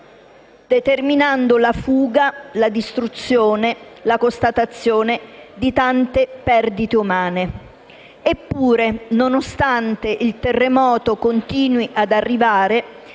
determinando la fuga, la distruzione e la costatazione della perdita di tante vite umane. Eppure, nonostante il terremoto continui ad arrivare,